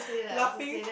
laughing